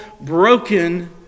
broken